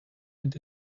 and